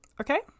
okay